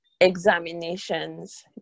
examinations